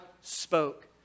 spoke